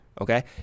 Okay